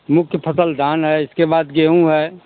मुख्य फसल धान है इसके बाद गेहूं है